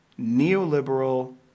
neoliberal